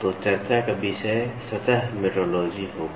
तो चर्चा का विषय सतह मेट्रोलॉजी होगा